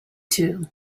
too